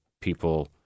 people